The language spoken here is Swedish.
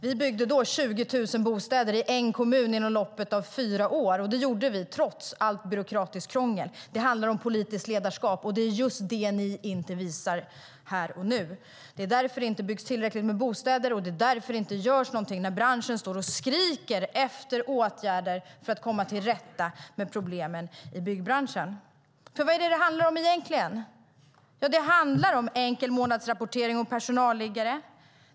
Vi byggde då 20 000 bostäder i en enda kommun inom loppet av fyra år, och det gjorde vi trots allt byråkratiskt krångel. Det handlar om politiskt ledarskap, och det är just det ni inte visar här och nu. Det är därför det inte byggs tillräckligt med bostäder, och det är därför det inte görs något när branschen står och skriker efter åtgärder för att komma till rätta med problemen i byggbranschen. Vad är det egentligen det handlar om? Jo, det handlar om enkel månadsrapportering och personalliggare.